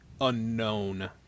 unknown